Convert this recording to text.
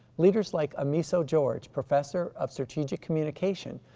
leaders like amiso george, professor of strategic communication,